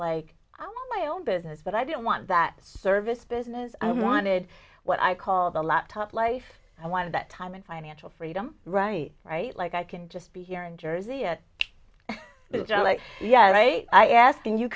want my own business but i didn't want that service business i wanted what i call the laptop life i wanted that time and financial freedom right right like i can just be here in jersey at yeah right i ask and you